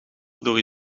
door